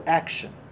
action